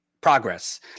progress